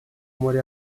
morì